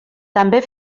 també